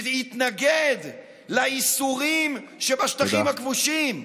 שיתנגד לאיסורים שבשטחים הכבושים,